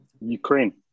Ukraine